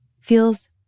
feels